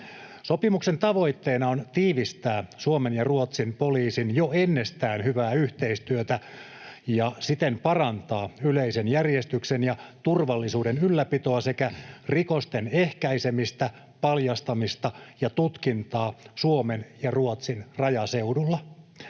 Sopimuksen tavoitteena on tiivistää Suomen ja Ruotsin poliisin jo ennestään hyvää yhteistyötä ja siten parantaa yleisen järjestyksen ja turvallisuuden ylläpitoa sekä rikosten ehkäisemistä, paljastamista ja tutkintaa Suomen ja Ruotsin rajaseudulla.